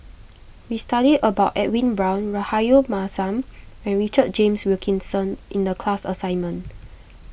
we studied about Edwin Brown Rahayu Mahzam and Richard James Wilkinson in the class assignment